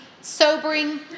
sobering